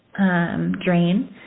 Drain